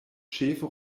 ĉefe